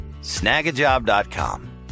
Snagajob.com